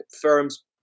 firms